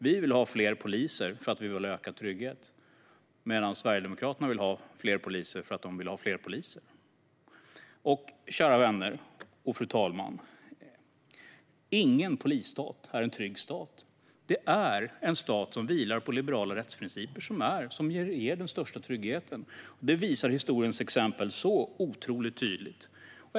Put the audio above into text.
Vi vill ha fler poliser för att vi vill ha ökad trygghet medan Sverigedemokraterna vill ha fler poliser för att de vill ha fler poliser. Kära vänner och fru talman! Ingen polisstat är en trygg stat. Det är en stat som vilar på liberala rättsprinciper som ger den största tryggheten, och det visar historiens exempel så otroligt tydligt.